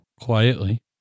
Quietly